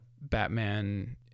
Batman